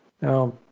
Now